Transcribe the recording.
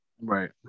Right